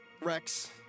Rex